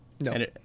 No